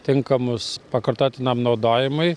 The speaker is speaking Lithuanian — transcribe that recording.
tinkamus pakartotinam naudojimui